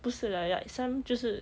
不是 lah like some 就是